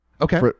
okay